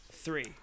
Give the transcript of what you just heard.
three